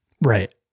right